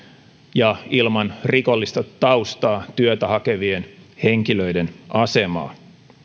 ja ilman rikollista taustaa työtä hakevien henkilöiden asemaa